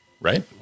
right